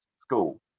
school